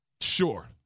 sure